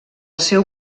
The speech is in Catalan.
seu